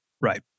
right